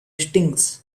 stings